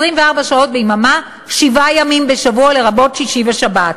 24 שעות ביממה, שבעה ימים בשבוע, לרבות שישי ושבת,